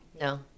No